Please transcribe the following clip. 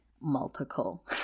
multiple